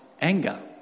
anger